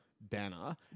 Banner